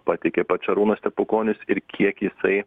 pateikė pats šarūnas stepukonis ir kiek jisai